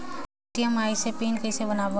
ATM आइस ह PIN कइसे बनाओ?